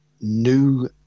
new